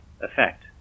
effect